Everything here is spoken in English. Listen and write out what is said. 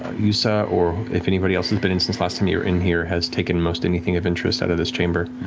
yussa or if anybody else has been in since the last time you were in here has taken most anything of interest out of this chamber.